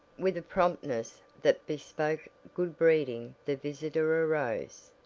with a promptness that bespoke good breeding the visitor arose.